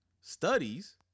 studies